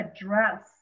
address